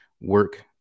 work